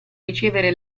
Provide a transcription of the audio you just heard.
ricevere